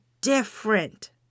different